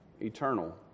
eternal